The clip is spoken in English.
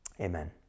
Amen